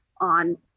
on